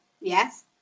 Yes